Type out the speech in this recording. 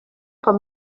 com